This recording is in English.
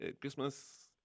Christmas